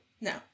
No